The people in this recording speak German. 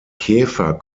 käfer